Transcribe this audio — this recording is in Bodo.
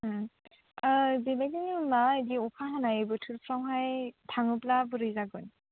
ओ बेबायदिनो मा बायदि अखा हानाय बोथोरफोरावहाय थाङोब्ला बोरै जागोन